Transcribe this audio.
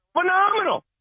Phenomenal